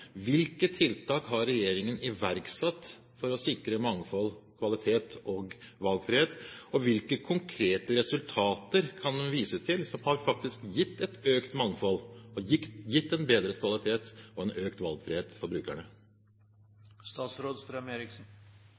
Hvilke tiltak har regjeringen iverksatt for å sikre mangfold, kvalitet og valgfrihet? Og hvilke konkrete resultater kan den vise til som faktisk har gitt et økt mangfold, gitt en bedret kvalitet og en økt valgfrihet for